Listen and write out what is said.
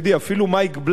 אפילו מייק בלס